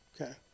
okay